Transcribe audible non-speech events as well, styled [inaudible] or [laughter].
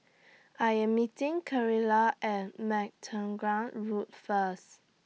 I Am meeting [unintelligible] At [unintelligible] Road First